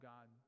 God